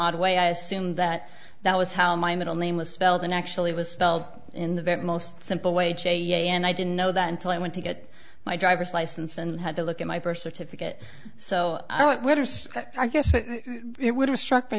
odd way i assumed that that was how my middle name was spelled and actually was spelled in the very most simple way j yeah and i didn't know that until i went to get my driver's license and had to look at my first certificate so i guess it would have struck